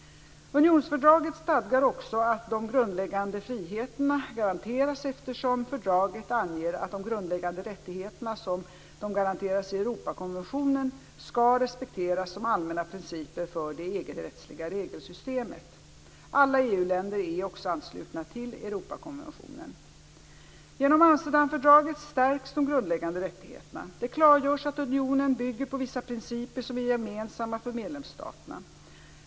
Unionsfördraget stadgar också att de grundläggande friheterna garanteras, eftersom fördraget anger att de grundläggande rättigheterna som de garanteras i Europakonventionen skall respekteras som allmänna principer för det EG-rättsliga regelsystemet. Alla EU länder är också anslutna till Europakonventionen. Genom Amsterdamfördraget stärks de grundläggande rättigheterna. Det klargörs att unionen bygger på vissa principer som är gemensamma för medlemsstaterna.